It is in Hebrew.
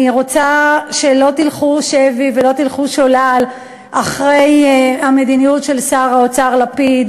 אני רוצה שלא תלכו שבי ולא תלכו שולל אחרי המדיניות של שר האוצר לפיד,